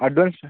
advance